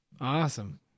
Awesome